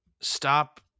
stop